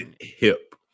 hip